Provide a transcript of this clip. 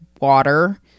water